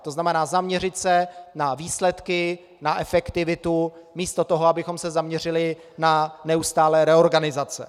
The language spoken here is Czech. To znamená, zaměřit se na výsledky, na efektivitu místo toho, abychom se zaměřili na neustálé reorganizace.